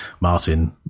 Martin